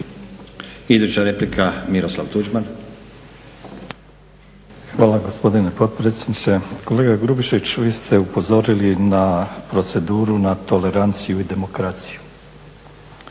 Hvala gospodine potpredsjedniče. Kolega Grubišić, vi ste upozorili na proceduru, na toleranciju i demokraciju.